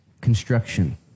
construction